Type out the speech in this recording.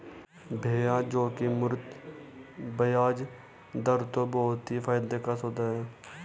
भैया जोखिम मुक्त बयाज दर तो बहुत ही फायदे का सौदा है